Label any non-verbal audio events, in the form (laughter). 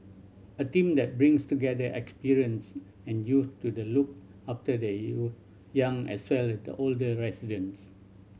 a team that brings together experience and youth to the look after the (unintelligible) young as well as the older residents